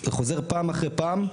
זה חוזר פעם אחרי פעם,